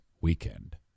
weekend